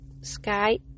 sky